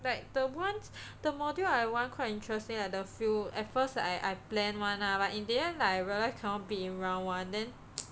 like the ones the module I want quite interesting like the field at first I I plan [one] lah but in the end I realise cannot bid in round one then